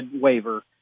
waiver